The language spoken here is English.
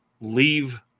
leave